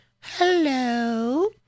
Hello